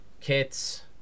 kits